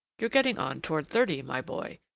you're getting on toward thirty, my boy,